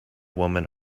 woman